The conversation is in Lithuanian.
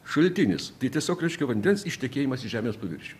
šaltinis tai tiesiog reiškia vandens ištekėjimas į žemės paviršių